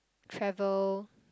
travel